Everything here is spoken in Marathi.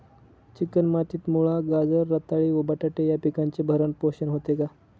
चिकण मातीत मुळा, गाजर, रताळी व बटाटे या पिकांचे भरण पोषण होते का?